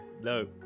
no